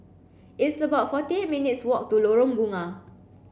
it's about forty eight minutes' walk to Lorong Bunga